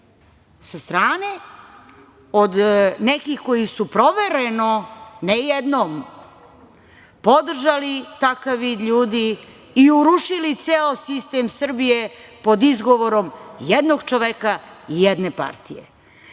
sa strane od nekih koji su provereno ne jednom podržali takav vid ljudi i urušili ceo sistem Srbije pod izgovorom jednog čoveka i jedne partije. Onda